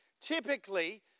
typically